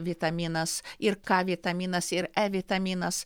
vitaminas ir k vitaminas e vitaminas